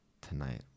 Tonight